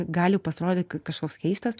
gali pasirodyt kad kažkoks keistas